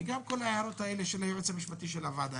וגם כל ההערות של היועץ המשפטי לוועדה